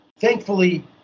Thankfully